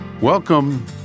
Welcome